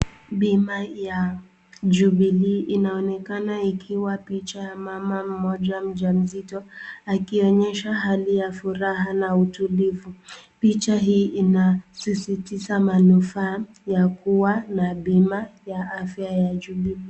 Bima ya jubilee inaonekana ikiwa picha moja ya mama mjamzito akionyesha hali ya furaha na utulivu picha hii inasisitiza manufaa yakuwa na bima ya afya ya jubilee.